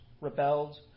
rebelled